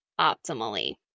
optimally